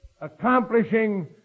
accomplishing